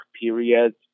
periods